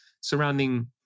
surrounding